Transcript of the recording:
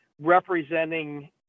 representing